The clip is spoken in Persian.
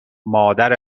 مادر